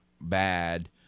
bad